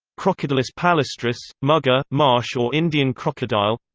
crocodylus palustris, mugger, marsh or indian crocodile